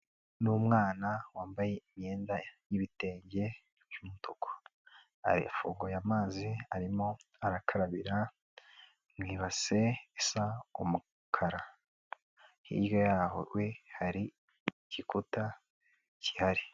Ni umwana wambaye imyenda y'ibitenge by'umutuku, afunguye amazi arimo arakarabira mu ibase isa umukara, hirya yaho hari igikuta gihari.